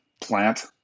plant